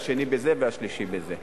השני בזה והשלישי בזה.